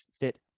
fit